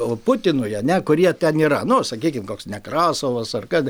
o putinui ane kurie ten yra nu sakykim koks nekrasovas ar kad